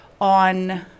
on